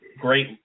great